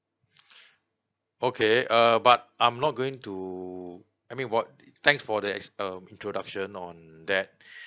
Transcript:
okay uh but I'm not going to I mean what thanks for the ex~ um introduction on that